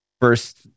first